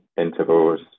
intervals